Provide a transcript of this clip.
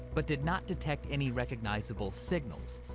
but did not detect any recognizable signals.